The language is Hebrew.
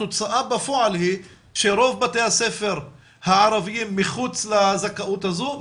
התוצאה בפועל היא שרוב בתי הספר הערביים מחוץ לזכאות הזו,